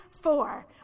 four